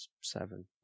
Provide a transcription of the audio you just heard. seven